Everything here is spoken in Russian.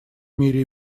мире